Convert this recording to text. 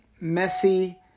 messy